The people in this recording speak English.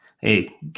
Hey